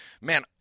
Man